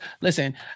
listen